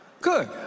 Good